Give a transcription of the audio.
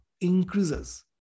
increases